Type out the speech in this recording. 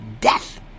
death